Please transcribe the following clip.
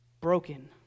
Broken